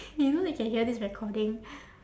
you know they can hear this recording